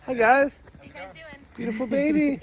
ah guys doin'? beautiful baby.